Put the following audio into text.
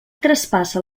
traspassa